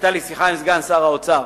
היתה לי שיחה עם סגן שר האוצר.